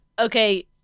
Okay